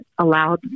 allowed